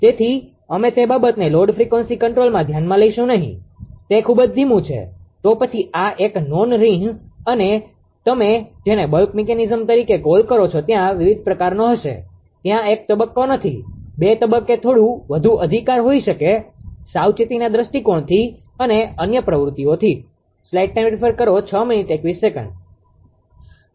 તેથી અમે તે બાબતને લોડ ફ્રીક્વન્સી કંટ્રોલમાં ધ્યાનમાં લઈશું નહીં તે ખૂબ જ ધીમું છે તો પછી આ એક નોન રિહ અને તમે જેને બલ્ક મિકેનિઝમ તરીકે કોલ કરો છો ત્યાં વિવિધ પ્રકારનો હશે ત્યાં એક તબક્કો નથી બે તબક્કે થોડા વધુ અધિકાર હોઈ શકે સાવચેતીના દૃષ્ટિકોણથી અને અન્ય પ્રવૃત્તિઓથી